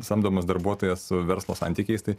samdomas darbuotojas su verslo santykiais tai